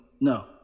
no